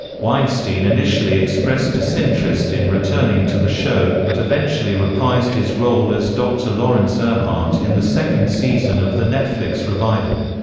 weinstein initially expressed disinterest in returning to the show, but eventually reprised his role as dr. laurence erhardt in the second season of the netflix revival.